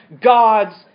God's